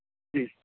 جی